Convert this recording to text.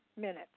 minutes